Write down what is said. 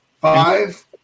Five